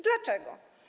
Dlaczego?